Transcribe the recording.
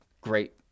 great